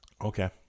Okay